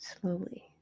slowly